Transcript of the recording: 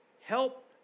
help